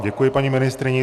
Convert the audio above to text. Děkuji paní ministryni.